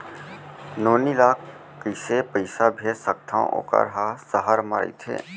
नोनी ल कइसे पइसा भेज सकथव वोकर ह सहर म रइथे?